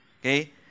Okay